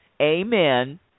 amen